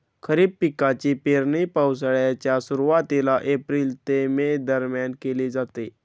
खरीप पिकांची पेरणी पावसाळ्याच्या सुरुवातीला एप्रिल ते मे दरम्यान केली जाते